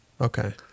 okay